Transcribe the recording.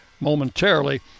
momentarily